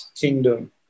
kingdom